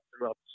throughout